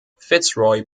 fitzroy